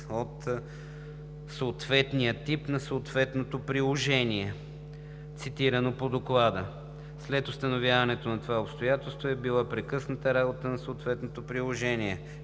от съответния тип на съответното приложение, цитирано по Доклада. След установяването на това обстоятелство веднага е била прекъсната работата на съответното приложение.